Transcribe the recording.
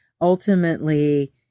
Ultimately